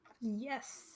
yes